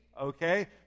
okay